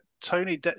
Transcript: Tony